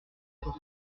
pour